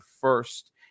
first